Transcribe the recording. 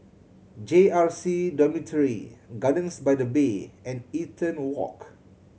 J R C Dormitory Gardens by the Bay and Eaton Walk